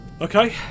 Okay